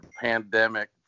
pandemic